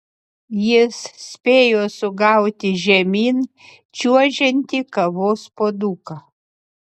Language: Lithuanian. jis spėjo sugauti žemyn čiuožiantį kavos puoduką